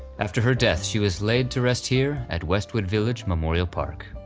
after her death she was laid to rest here at westwood village memorial park.